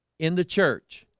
in the church